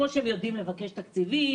כמו שהם יודעים לבקש תקציבים,